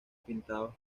pintados